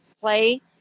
play